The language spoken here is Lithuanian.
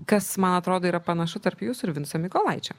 kas man atrodo yra panašu tarp jūsų ir vinco mykolaičio